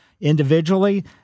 individually